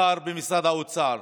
השר במשרד האוצר,